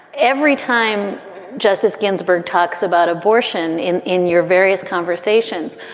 every time justice ginsburg talks about abortion in in your various conversations,